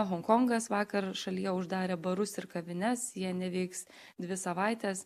honkongas vakar šalyje uždarė barus ir kavines jie neveiks dvi savaites